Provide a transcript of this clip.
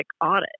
audit